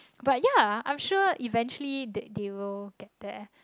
but ya I'm sure eventually they they will get there